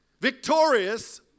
victorious